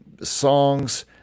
songs